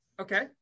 okay